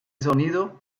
sonido